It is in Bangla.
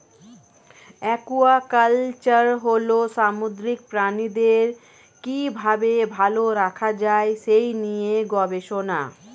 একুয়াকালচার হল সামুদ্রিক প্রাণীদের কি ভাবে ভালো রাখা যায় সেই নিয়ে গবেষণা